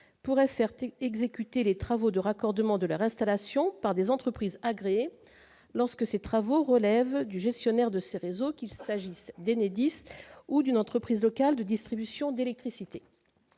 pourraient faire exécuter les travaux de raccordement de leur installation par des entreprises agréées lorsque ces travaux relèvent du gestionnaire de ce réseau, qu'il s'agisse d'Enedis ou d'une entreprise locale de distribution d'électricité